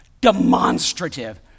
demonstrative